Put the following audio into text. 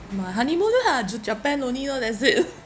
my honeymoon lah to japan only lor that's it